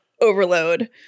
overload